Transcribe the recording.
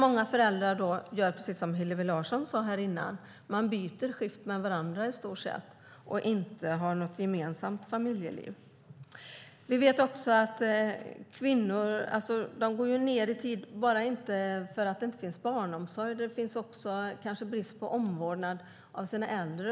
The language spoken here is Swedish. Många föräldrar gör som Hillevi Larsson sade tidigare, det vill säga de byter skift med varandra och har inte ett gemensamt familjeliv. Kvinnor går ned i tid inte bara för att det inte finns barnomsorg. Det kan också handla om brist på omvårdnad för de äldre.